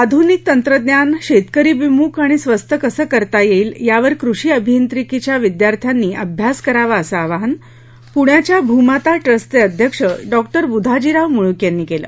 आधूनिक तंत्रज्ञान शेतकरीभिमुख आणि स्वस्त कसं करता येईल यावर कृषी अभियांत्रिकीच्या विद्यार्थ्यांनी अभ्यास करावा असं आवाहन पुण्याच्या भूमाता ट्रस्टचे अध्यक्ष डॉ बुधाजीराव मुळीक यांनी केलं